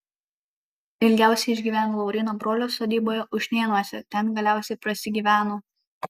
ilgiausiai išgyveno lauryno brolio sodyboje ušnėnuose ten galiausiai prasigyveno